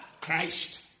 Christ